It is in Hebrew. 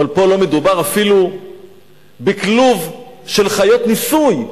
אבל פה לא מדובר אפילו בכלוב של חיות ניסוי,